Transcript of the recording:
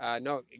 No